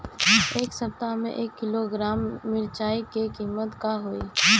एह सप्ताह मे एक किलोग्राम मिरचाई के किमत का होई?